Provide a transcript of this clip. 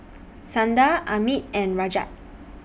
Sundar Amit and Rajat